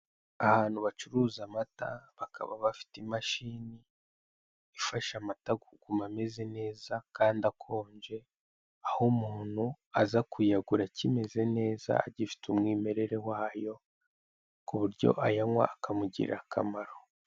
Ahantu bacuruza amata bakaba bafite imashini ifasha amata kuguma ameze neza, kandi akonje aho umuntu aza kuyagura akimeze neza agifite umwimerere wayo; ku buryo ayanywa akamugirira akamaro.